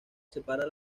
separa